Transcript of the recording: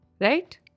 right